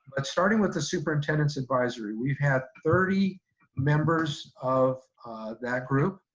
but starting with the superintendent's advisory, we've had thirty members of that group,